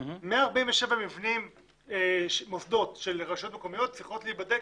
147 מוסדות של רשויות מקומיות צריכים להיבדק.